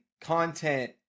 content